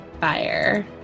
Fire